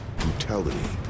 brutality